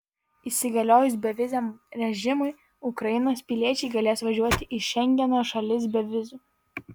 įsigaliojus beviziam režimui ukrainos piliečiai galės važiuoti į šengeno šalis be vizų